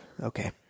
okay